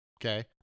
Okay